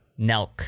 Nelk